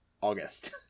august